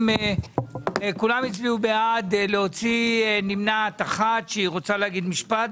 כולם הצביעו בעד להוציא נמנעת אחת שרוצה להגיד משפט,